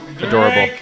adorable